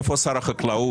איפה שר החקלאות?